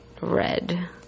red